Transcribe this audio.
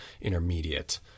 intermediate